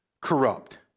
corrupt